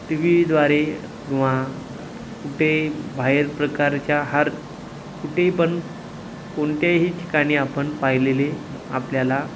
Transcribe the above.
T व्हीद्वारे किंवा कुठे बाहेर प्रकारच्या हर कुठे पण कोणत्याही ठिकाणी आपण पाहिलेले आपल्याला